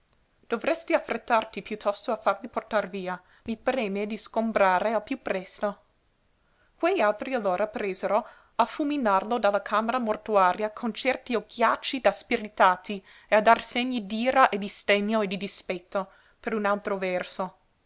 dovresti affrettarti piuttosto a farli portar via mi preme di sgombrare al piú presto quegli altri allora presero a fulminarlo dalla camera mortuaria con certi occhiacci da spiritati e a dar segni d'ira e di sdegno e di dispetto per un altro verso